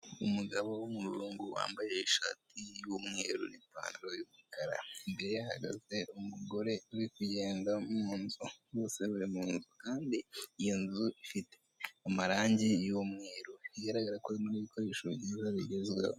Umugabo w'umuzungu wambaye ishati y'umweru n'ipantaro y'umukara, imbere ye hahagaze umugore uri kugenda mu nzu, bose bari mu nzu kandi iyo nzu ifite amarangi y'umweru bigaragara ko harimo n'ibikoresho byiza bigezweho.